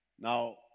Now